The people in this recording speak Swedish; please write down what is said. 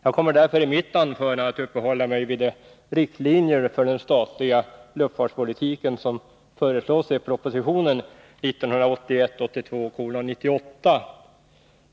Jag kommer därför i mitt anförande att uppehålla mig vid de riktlinjer för den statliga luftfartspolitiken som föreslås i proposition 1981/82:98.